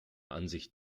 ansicht